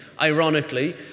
ironically